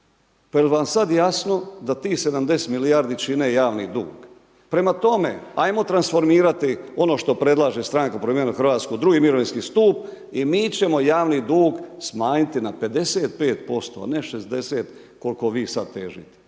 pa jel vam sad jasno da tih 70 milijardi čine javni dug. Prema tome, ajmo transformirati ono što predlaže Stranka Promijenimo Hrvatsku drugi mirovinski stup i mi ćemo javni dug smanjiti na 55% a ne na 60% kolko vi sad težite.